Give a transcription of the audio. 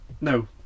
No